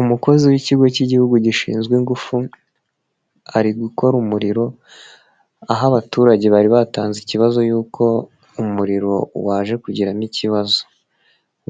Umukozi w'ikigo k'igihugu gishinzwe ingufu ari gukora umurimo aho abaturage bari batanze ikibazo y'uko umuriro waje kugiramo ikibazo,